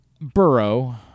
Burrow